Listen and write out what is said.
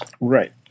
right